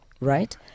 right